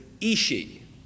Ishi